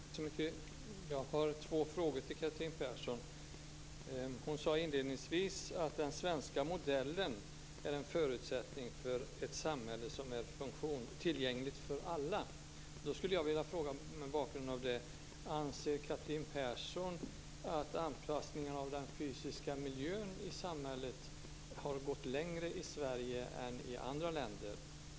Fru talman! Jag har två frågor till Catherine Persson. Hon sade inledningsvis att den svenska modellen är en förutsättning för ett samhälle som är tillgängligt för alla. Anser Catherine Persson att anpassningen av den fysiska miljön i samhället har gått längre i Sverige än i andra länder?